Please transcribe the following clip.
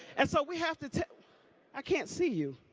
and so we have to to i can't see you.